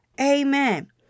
Amen